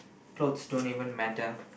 clothes don't even matter